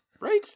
Right